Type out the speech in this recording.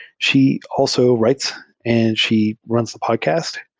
she also writes and she runs the podcast,